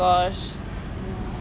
oh really ah